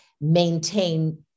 maintain